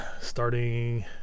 starting